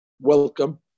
welcome